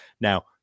Now